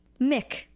Mick